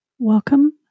Welcome